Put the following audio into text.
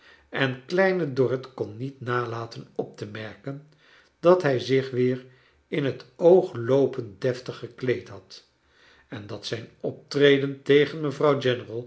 en kleine dorrit kon niet nalaten op te merken dat hij zich weer in het oog loopend deftig gekleed had en dat zijn optreden tegen mevrouw